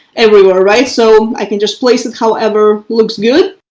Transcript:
everywhere right. so i can just place it however, looks good.